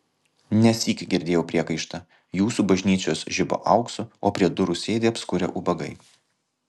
nesyk girdėjau priekaištą jūsų bažnyčios žiba auksu o prie durų sėdi apskurę ubagai